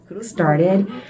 started